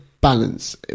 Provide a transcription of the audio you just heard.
Balance